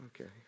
Okay